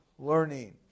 Learning